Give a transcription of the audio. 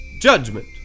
judgment